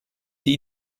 die